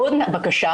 עוד בקשה,